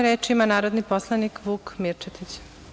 Reč ima narodni poslanik Vuk Mirčetić.